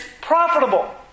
profitable